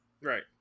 Right